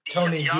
Tony